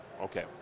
Okay